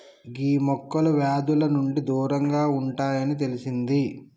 గీ మొక్కలు వ్యాధుల నుండి దూరంగా ఉంటాయి అని తెలిసింది